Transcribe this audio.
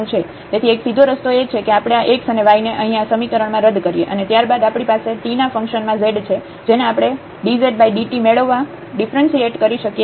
તેથી એક સીધો રસ્તો એ છે કે આપણે આ x અને y ને અહીં આ સમીકરણમાં રદ કરીએ અને ત્યારબાદ આપણી પાસે t ના ફંક્શન માં z છે જેને આપણે dzdt મેળવવા ડિફ્રન્સિએટ કરી શકીએ છીએ